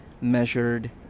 measured